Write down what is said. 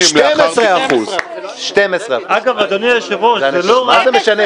12%. 12%. --- מה זה משנה?